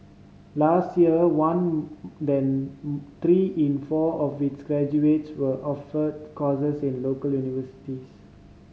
last year one than three in four of its graduates were offered courses in local universities